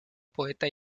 poeta